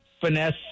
finesse